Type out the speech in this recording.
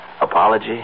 apology